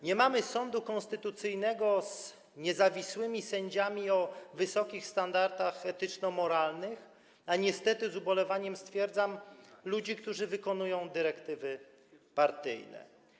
Nie mamy sądu konstytucyjnego z niezawisłymi sędziami o wysokich standardach etyczno-moralnych, a niestety - jak stwierdzam z ubolewaniem - ludzi, którzy wykonują dyrektywy partyjne.